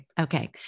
Okay